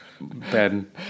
Ben